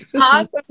Awesome